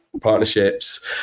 partnerships